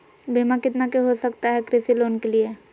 बीमा कितना के हो सकता है कृषि लोन के लिए?